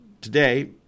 today